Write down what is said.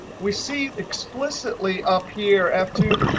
we see explicitly up here, f two,